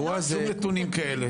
שום נתונים כאלה.